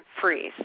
freeze